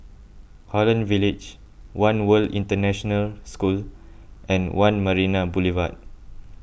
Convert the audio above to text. Holland Village one World International School and one Marina Boulevard